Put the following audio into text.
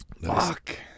Fuck